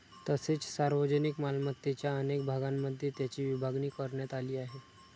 तसेच सार्वजनिक मालमत्तेच्या अनेक भागांमध्ये त्याची विभागणी करण्यात आली आहे